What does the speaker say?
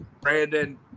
Brandon